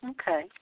Okay